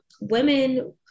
women